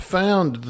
found